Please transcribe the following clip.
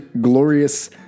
glorious